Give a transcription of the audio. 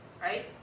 Right